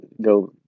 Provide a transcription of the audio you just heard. go